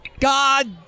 God